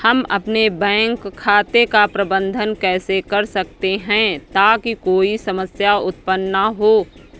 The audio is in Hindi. हम अपने बैंक खाते का प्रबंधन कैसे कर सकते हैं ताकि कोई समस्या उत्पन्न न हो?